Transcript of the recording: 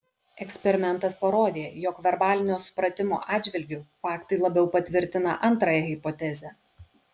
eksperimentas parodė jog verbalinio supratimo atžvilgiu faktai labiau patvirtina antrąją hipotezę